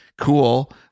cool